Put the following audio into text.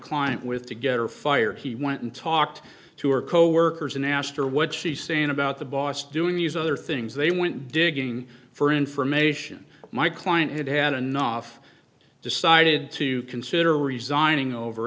client with to get her fired he went and talked to her coworkers and asked her what she saying about the boss doing these other things they went digging for information my client had had enough decided to consider resigning over